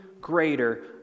greater